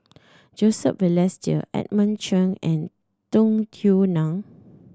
Joseph Balestier Edmund Chen and Tung Yue Nang